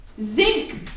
zinc